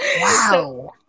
Wow